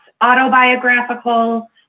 autobiographical